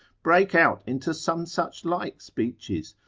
break out into some such like speeches,